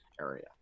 area